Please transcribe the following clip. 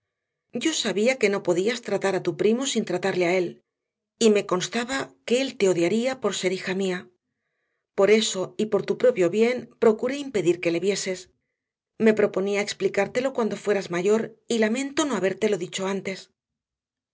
yo sabía que no podías tratar a tu primo sin tratarle a él y me constaba que él te odiaría por ser hija mía por eso y por tu propio bien procuré impedir que le vieses me proponía explicártelo cuando fueras mayor y lamento no habértelo dicho antes